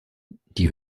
die